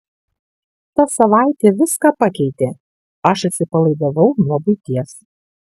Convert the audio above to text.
ta savaitė viską pakeitė aš atsipalaidavau nuo buities